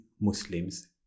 Muslims